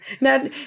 Now